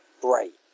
great